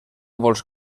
vols